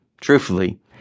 Truthfully